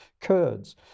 Kurds